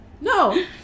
No